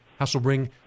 Hasselbring